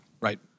Right